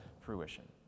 fruition